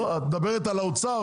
את מדברת על האוצר.